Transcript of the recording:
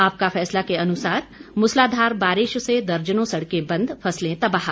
आपका फैसला के अनुसार मूसलाधार बारिश से दर्जनों सड़कें बंद फसलें तबाह